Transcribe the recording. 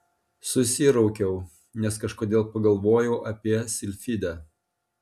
susiraukiau nes kažkodėl pagalvojau apie silfidę